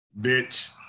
bitch